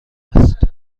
است